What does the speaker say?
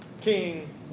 king